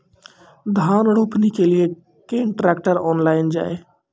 धान रोपनी के लिए केन ट्रैक्टर ऑनलाइन जाए?